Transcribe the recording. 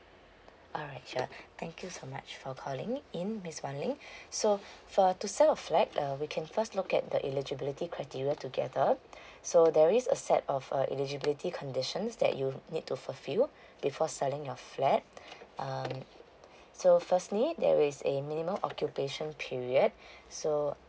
alright sure thank you so much for calling in miss wai ling so for to sell a flat uh we can first look at the illegibly criteria together so there is a set of a eligibility conditions that you need to fulfill before selling your flat um so firstly there is a minimum occupation period so